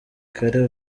kare